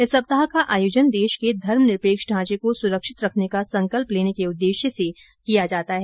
इस सप्ताह का आयोजन देश के धर्मनिरपेक्ष ढांचे को सुरक्षित रखने का संकल्प लेने के उद्देश्य से किया जाता है